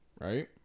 right